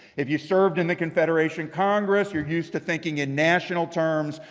if you served in the confederation congress, you're used to thinking in national terms,